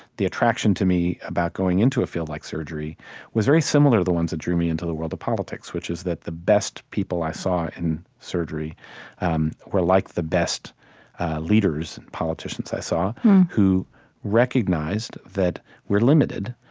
the attraction to me about going into a field like surgery was very similar to the ones that drew me into the world of politics, which is that the best people i saw in surgery um were like the best leaders, and politicians i saw who recognized that we're limited,